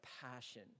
passion